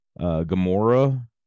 Gamora